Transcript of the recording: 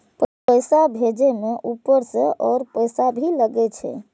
पैसा भेजे में ऊपर से और पैसा भी लगे छै?